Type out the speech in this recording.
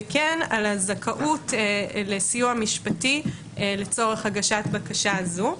וכן על הזכאות לסיוע משפטי לצורך הגשת בקשה זו.